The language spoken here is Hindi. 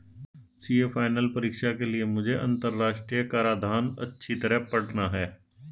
सीए फाइनल परीक्षा के लिए मुझे अंतरराष्ट्रीय कराधान अच्छी तरह पड़ना है